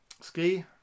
ski